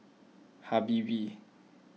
Habibie